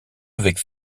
avec